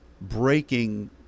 breaking